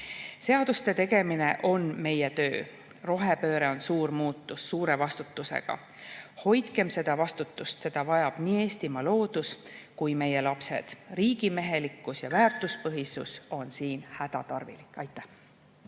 Seaduste tegemine on meie töö, rohepööre on suur muutus, suure vastutusega. Hoidkem seda vastutust! Seda vajavad nii Eestimaa loodus kui ka meie lapsed. Riigimehelikkus ja väärtuspõhisus on siin hädatarvilikud. Aitäh!